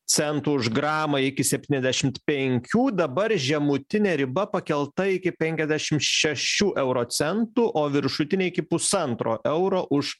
centų už gramą iki septyniasdešimt penkių dabar žemutinė riba pakelta iki penkiasdešimt šešių euro centų o viršutinė iki pusantro euro už